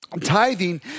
Tithing